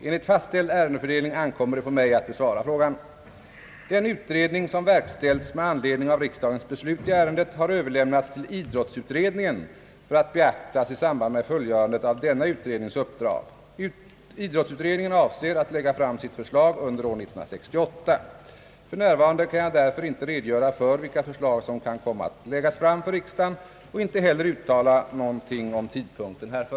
Enligt fastställd ärendefördelning ankommer det på mig att besvara frågan. Den utredning som verkställts med anledning av riksdagens beslut i ärendet har överlämnats till idrottsutredningen för att beaktas i samband med fullgörandet av denna utrednings uppdrag. Idrottsutredningen avser att lägga fram sitt förslag under år 1968. För närvarande kan jag därför inte redogöra för vilka förslag som kan komma att läggas fram för riksdagen och inte heller uttala något om tidpunkten härför.